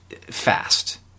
fast